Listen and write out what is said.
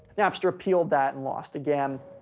napster appealed that and lost again.